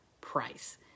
price